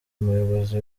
umuyobozi